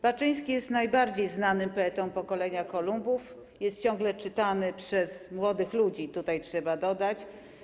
Baczyński jest najbardziej znanym poetą pokolenia Kolumbów, jest ciągle czytany przez młodych ludzi - tutaj trzeba to dodać.